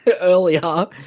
earlier